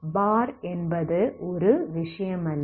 ஆகவே பார் என்பது ஒரு விஷயமல்ல